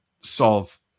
solve